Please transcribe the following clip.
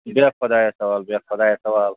بیٚہہ خۄدایَس حوال بیٚہہ خۄدایَس حوال